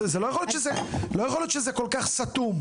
לא יכול להיות שזה כל כך סתום.